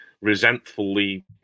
resentfully